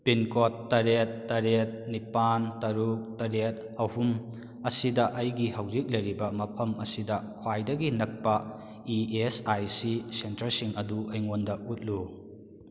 pin ꯀꯣꯗ ꯇꯔꯦꯠ ꯇꯔꯦꯠ ꯅꯤꯄꯥꯜ ꯇꯔꯨꯛ ꯇꯔꯦꯠ ꯑꯍꯨꯝ ꯑꯁꯤꯗ ꯑꯩꯒꯤ ꯍꯧꯖꯤꯛ ꯂꯩꯔꯤꯕ ꯃꯐꯝ ꯑꯁꯤꯗ ꯈ꯭ꯋꯥꯏꯗꯒꯤ ꯅꯛꯄ ꯏ ꯑꯦꯁ ꯑꯥꯏ ꯁꯤ ꯁꯦꯟꯇꯔꯁꯤꯡ ꯑꯗꯨ ꯑꯩꯉꯣꯟꯗ ꯎꯠꯂꯨ